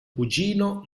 cugino